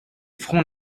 front